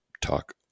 talk